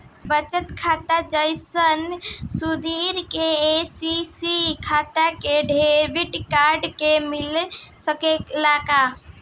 बचत खाता जइसन सुविधा के.सी.सी खाता में डेबिट कार्ड के मिल सकेला का?